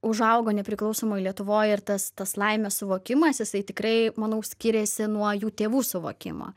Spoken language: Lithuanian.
užaugo nepriklausomoj lietuvoj ir tas tas laimės suvokimas jisai tikrai manau skiriasi nuo jų tėvų suvokimo